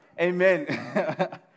amen